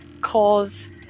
cause